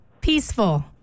peaceful